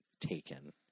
taken